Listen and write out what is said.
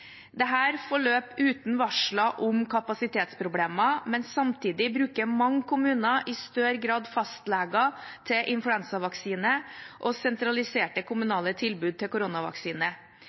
forløp uten varsler om kapasitetsproblemer, men samtidig bruker mange kommuner i større grad fastleger til influensavaksine og sentraliserte kommunale tilbud til